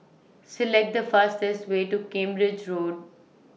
Select The fastest Way to Cambridge Road